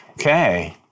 Okay